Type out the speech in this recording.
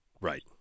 Right